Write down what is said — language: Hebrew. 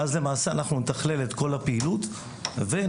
ואז למעשה אנחנו נתכלל את כל הפעילות ונוכל